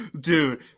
dude